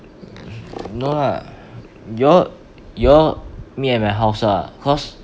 no lah you all you all meet at my house lah cause